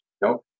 nope